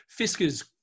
Fisker's